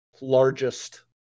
largest